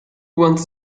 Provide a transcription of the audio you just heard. wants